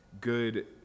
good